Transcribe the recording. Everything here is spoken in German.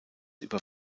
über